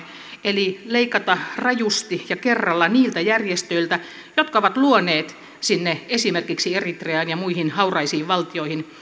eli leikata rajusti ja kerralla niiltä järjestöiltä jotka ovat luoneet sinne esimerkiksi eritreaan ja muihin hauraisiin valtioihin